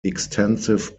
extensive